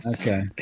Okay